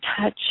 touch